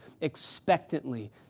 expectantly